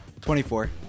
24